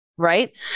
Right